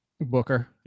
Booker